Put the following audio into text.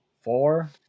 four